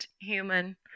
human